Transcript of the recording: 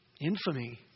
infamy